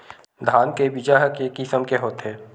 धान के बीजा ह के किसम के होथे?